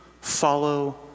follow